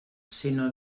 sinó